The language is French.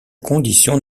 condition